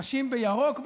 "נשים בירוק",